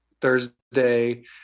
Thursday